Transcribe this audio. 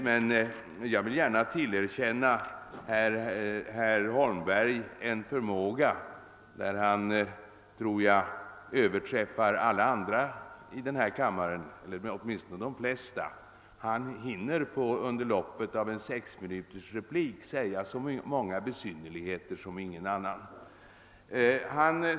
Men jag vill tillerkänna herr Holmberg en annan förmåga, i fråga om vilken jag tror att han överträffar alla andra i denna kammare åtminstone de flesta; under loppet av en sexminutersreplik hinner han säga flera besynnerligheter än någon annan.